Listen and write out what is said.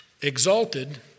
exalted